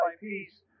piece